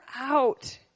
out